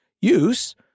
use